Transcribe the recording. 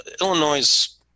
Illinois